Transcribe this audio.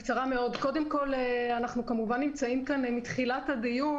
קודם כול, אנחנו כן נמצאים כאן מתחילת הדיון.